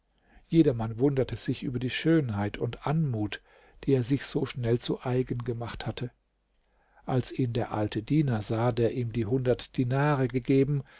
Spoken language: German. jedermann wunderte sich über die schönheit und anmut die er sich so schnell zu eigen gemacht hatte als ihn der alte diener sah der ihm die hundert dinare gegeben